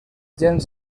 gent